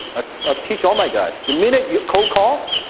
ah ah teach all my guys. the minute you cold-call.